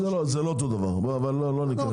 זה לא אותו הדבר אבל לא ניכנס לזה.